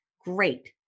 great